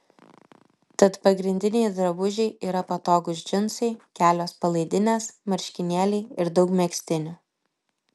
tad pagrindiniai drabužiai yra patogūs džinsai kelios palaidinės marškinėliai ir daug megztinių